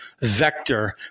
vector